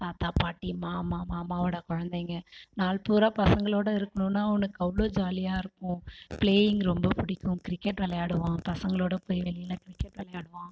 தாத்தா பாட்டி மாமா மாமாவோட குழந்தைங்க நாள் பூரா பசங்களோட இருக்கணுன்னா அவனுக்கு அவ்வளோ ஜாலியாக இருக்கும் ப்ளேயிங் ரொம்ப பிடிக்கும் கிரிக்கெட் விளையாடுவான் பசங்களோட போய் வெளியில கிரிக்கெட் விளையாடுவான்